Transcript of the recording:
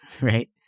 Right